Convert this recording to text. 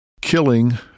killing